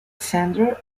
centre